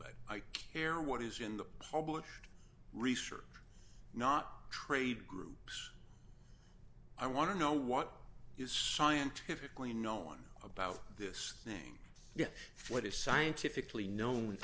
but i care what is in the published research not trade groups i want to know what is scientifically known about this thing what is scientifically known